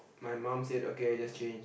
my mum said okay just change